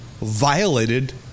violated